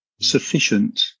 sufficient